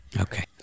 okay